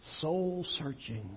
soul-searching